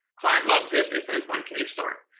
client loves it. they say when can you start.